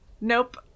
Nope